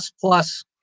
plus